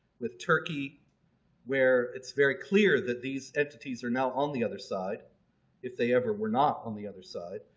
with turkey where it's very clear that these entities are now on the other side if they ever were not on the other side.